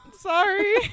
sorry